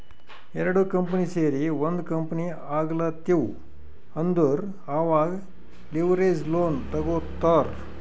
ಎರಡು ಕಂಪನಿ ಸೇರಿ ಒಂದ್ ಕಂಪನಿ ಆಗ್ಲತಿವ್ ಅಂದುರ್ ಅವಾಗ್ ಲಿವರೇಜ್ ಲೋನ್ ತಗೋತ್ತಾರ್